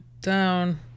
down